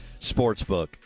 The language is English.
Sportsbook